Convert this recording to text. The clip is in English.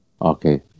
Okay